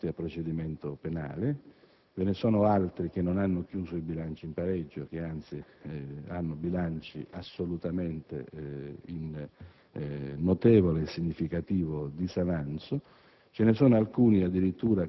ve ne sono alcuni sottoposti a procedimento penale; altri non hanno chiuso il bilancio in pareggio, anzi hanno bilanci assolutamente in notevole e significativo disavanzo;